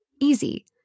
Easy